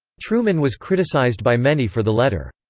truman was criticized by many for the letter.